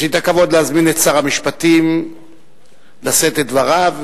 יש לי הכבוד להזמין את שר המשפטים לשאת את דבריו,